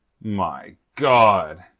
my god!